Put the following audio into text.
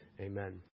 Amen